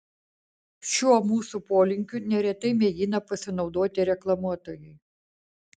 šiuo mūsų polinkiu neretai mėgina pasinaudoti reklamuotojai